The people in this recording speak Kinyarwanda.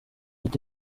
ati